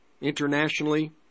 internationally